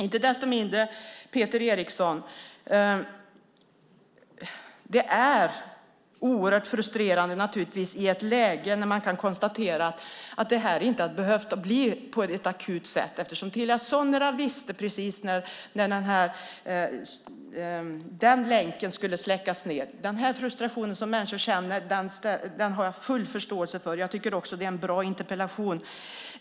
Peter Eriksson, det är naturligtvis oerhört frustrerande i ett läge när man kan konstatera att det här inte hade behövt bli akut. Telia Sonera visste precis när den länken skulle släckas ned. Den frustration som människor känner har jag full förståelse för. Jag tycker också att det är en bra interpellation.